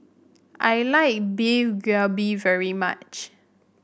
I like Beef Galbi very much